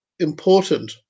Important